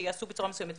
שייעשו בצורה מסוימת,